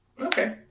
Okay